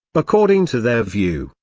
according to their view,